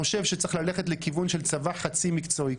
חושב שצריך ללכת לכיוון של צבא חצי מקצועי.